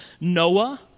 Noah